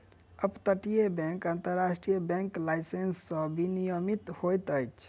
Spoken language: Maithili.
अप तटीय बैंक अन्तर्राष्ट्रीय बैंक लाइसेंस सॅ विनियमित होइत अछि